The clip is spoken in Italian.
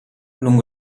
lungo